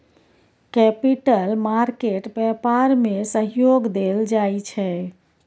capital market व्यापार में सहयोग देल जाइ छै